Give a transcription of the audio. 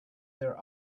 their